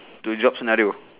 two job scenarios